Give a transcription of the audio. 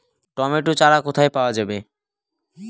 Tomato চারা কোথায় পাওয়া যাবে?